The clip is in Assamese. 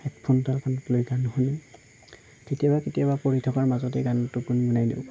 হেডফোনডাল কাণত লৈ গান শুনো কেতিয়াবা কেতিয়াবা পৰি থকাৰ মাজতেই গান টোপনি নিয়াই দিওঁ